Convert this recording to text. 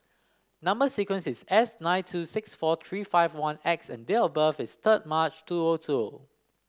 number sequence is S nine two six four three five one X and date of birth is third March two O two